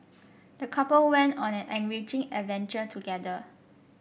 the couple went on an enriching adventure together